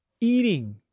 eating